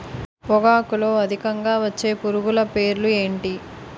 పొగాకులో అధికంగా వచ్చే పురుగుల పేర్లు ఏంటి